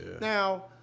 Now